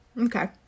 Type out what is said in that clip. Okay